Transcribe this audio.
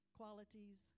qualities